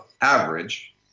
average